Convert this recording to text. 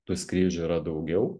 tų skrydžių yra daugiau